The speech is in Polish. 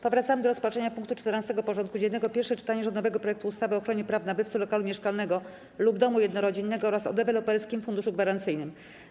Powracamy do rozpatrzenia punktu 14. porządku dziennego: Pierwsze czytanie rządowego projektu ustawy o ochronie praw nabywcy lokalu mieszkalnego lub domu jednorodzinnego oraz o Deweloperskim Funduszu Gwarancyjnym.